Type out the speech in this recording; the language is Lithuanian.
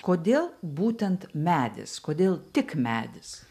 kodėl būtent medis kodėl tik medis